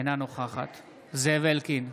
אינה נוכחת זאב אלקין,